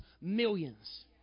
millions